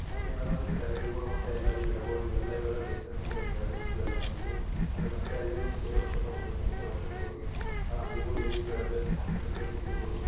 ಮತ್ತೇನದ ಅಂದ್ರ ಚರಂಡಿಗುಳು ಗೊಂಟಾ ಎಲ್ಲ ಇವು ಗಿಡಗುಳು ಇವೆಲ್ಲ ಇವೆಲ್ಲ ಬೇಸರ ಮೇಲೆ ಏನು ಬೆಳ್ದಿರ್ತದಲ್ಲ ಹೊಲಸು ಅದ್ರ ಗೊಂಟಯೆಲ್ಲ ಇವರು ಸ್ಪ್ರೇ ಹೊಡ್ಕೋತಾ ಹೋಗ್ಬಕು ಕೆಮಿಕಲ್ ಹೊಡ್ಕೋತಾ ಹೋಗಿ ಆ ಅಂಡಿಗುಳು ಏನು ಬಿ ಬೆಳೆದು ಹಾಕಿಂದಿರ್ತವು ಚಿಕ್ಕುಳುಗಳು